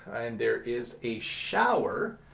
and there is a shower,